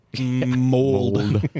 Mold